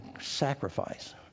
sacrifice